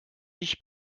dich